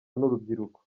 n’urubyiruko